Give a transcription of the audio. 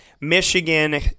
Michigan